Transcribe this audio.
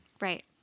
Right